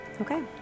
Okay